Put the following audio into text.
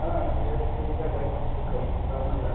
ಹಾಂ ನಮ್ದು ಹೇಳಿ ಸುಜಿತಾ ಡೈಗ್ನೋಸ್ಟಿಕ್ಕು ರಾಮನಗರ